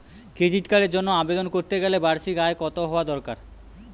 Credit কার্ডের জন্য আবেদন করতে গেলে বার্ষিক আয় কত হওয়া দরকার?